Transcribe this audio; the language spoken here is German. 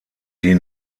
die